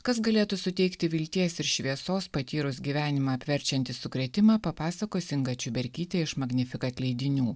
kas galėtų suteikti vilties ir šviesos patyrus gyvenimą apverčiantį sukrėtimą papasakos inga čiuberkytė iš magnifikat leidinių